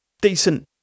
decent